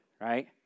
right